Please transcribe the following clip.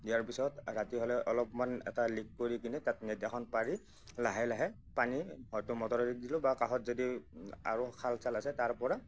দিয়াৰ পিছত ৰাতি হ'লে অলপমান এটা লিক কৰি কিনে তাত নেট এখন পাৰি লাহে লাহে পানী হয়তো মটেৰেৰে দিলোঁ বা কাষত যদি আৰু খাল চাল আছে তাৰ পৰা